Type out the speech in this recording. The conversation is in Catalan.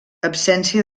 absència